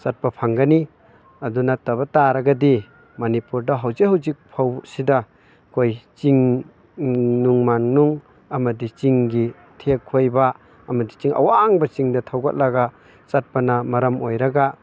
ꯆꯠꯄ ꯐꯪꯒꯅꯤ ꯑꯗꯨ ꯅꯠꯇꯕ ꯇꯥꯔꯒꯗꯤ ꯃꯅꯤꯄꯨꯔꯗ ꯍꯧꯖꯤꯛ ꯍꯨꯖꯤꯛ ꯐꯥꯎꯁꯤꯗ ꯑꯩꯈꯣꯏ ꯆꯤꯡ ꯅꯨꯡ ꯃꯥꯅꯨꯡ ꯑꯃꯗꯤ ꯆꯤꯡꯒꯤ ꯊꯦꯛ ꯈꯣꯏꯕ ꯑꯃꯗꯤ ꯆꯤꯡ ꯑꯋꯥꯡꯕ ꯆꯤꯡꯗ ꯊꯧꯒꯠꯂꯒ ꯆꯠꯄꯅ ꯃꯔꯝ ꯑꯣꯏꯔꯒ